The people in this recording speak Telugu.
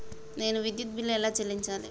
నేను విద్యుత్ బిల్లు ఎలా చెల్లించాలి?